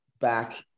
back